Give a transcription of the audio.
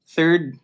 Third